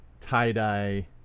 tie-dye